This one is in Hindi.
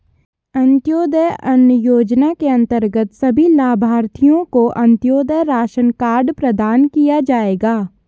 अंत्योदय अन्न योजना के अंतर्गत सभी लाभार्थियों को अंत्योदय राशन कार्ड प्रदान किया जाएगा